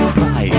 cry